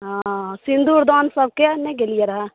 हॅं सिन्दुरदान सभके नहि गेलियै रहय